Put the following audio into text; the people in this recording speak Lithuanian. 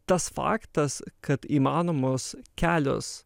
tas faktas kad įmanomos kelios